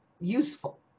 useful